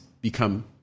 become